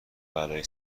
بلایی